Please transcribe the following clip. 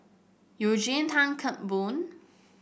Eugene Tan Kheng Boon